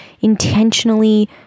intentionally